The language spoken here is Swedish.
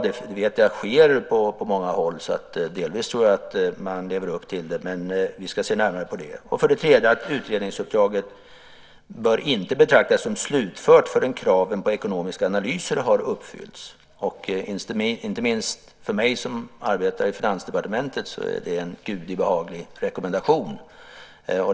Det sker redan på många håll. Så delvis lever man upp till det, men vi ska se närmare på det. För det tredje föreslår man att utredningsuppdraget inte bör betraktas som slutfört förrän krav på ekonomiska analyser har uppfyllts. Inte minst för mig som arbetar på Finansdepartementet är det en gudi behaglig rekommendation.